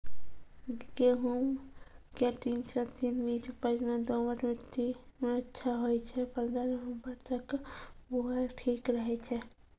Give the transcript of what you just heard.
गेहूँम के तीन सौ तीन बीज उपज मे दोमट मिट्टी मे अच्छा होय छै, पन्द्रह नवंबर तक बुआई ठीक रहै छै